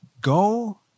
go